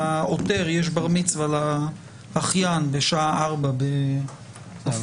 לעותר יש בר מצווה לאחיין בשעה ארבע בעפולה.